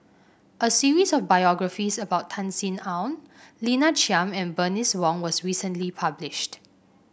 a series of biographies about Tan Sin Aun Lina Chiam and Bernice Wong was recently published